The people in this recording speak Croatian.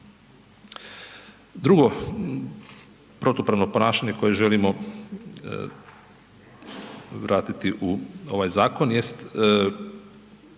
Drugo protupravno ponašanje koje želimo vratiti u ovaj zakon jest